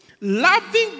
Loving